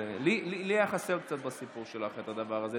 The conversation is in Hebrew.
לי היה חסר קצת בסיפור שלך הדבר הזה,